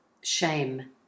Shame